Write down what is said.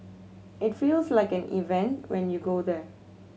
it feels like an event when you go there